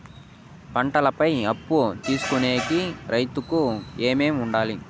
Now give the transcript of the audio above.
పంటల పై అప్పు తీసుకొనేకి రైతుకు ఏమేమి వుండాలి?